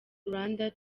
rwanda